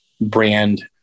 brand